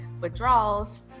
withdrawals